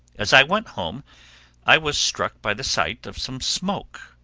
as i went home i was struck by the sight of some smoke,